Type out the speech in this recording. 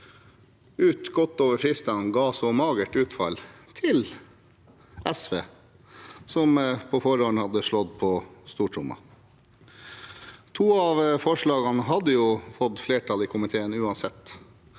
ut godt over tidsfristene, ga så magert utfall til SV, som på forhånd hadde slått på stortrommen. To av forslagene hadde fått flertall i komiteen uansett,